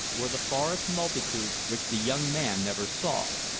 were the forest multitudes which the young man never saw,